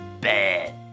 bad